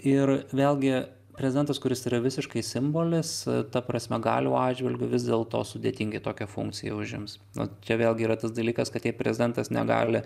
ir vėlgi prezidentas kuris yra visiškai simbolis ta prasme galių atžvilgiu vis dėlto sudėtingai tokią funkciją užims na čia vėlgi yra tas dalykas kad jei prezidentas negali